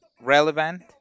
relevant